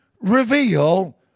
reveal